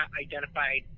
identified